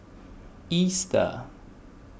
Easter